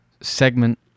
segment